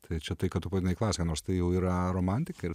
tai čia tai ką tu pavadinai klasika nors tai jau yra romantika ir